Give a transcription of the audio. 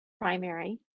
primary